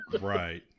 right